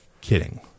kidding